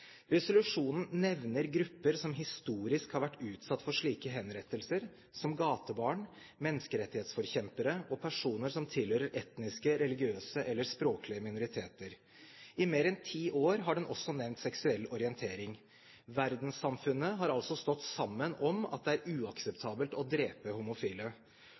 Resolusjonen nevner grupper som historisk har vært utsatt for slike henrettelser, som gatebarn, menneskerettighetsforkjempere og personer som tilhører etniske, religiøse eller språklige minoriteter. I mer enn ti år har den også nevnt seksuell orientering. Verdenssamfunnet har altså stått sammen om at det er uakseptabelt å drepe homofile.